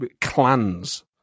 clans